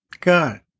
God